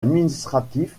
administratif